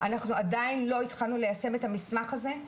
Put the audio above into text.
אנחנו עדיין לא התחלנו ליישם את המסמך הזה,